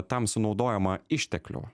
tam sunaudojama išteklių